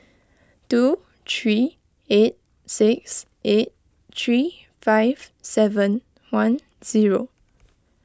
two three eight six eight three five seven one zero